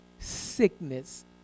sickness